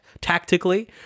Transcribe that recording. tactically